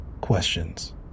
questions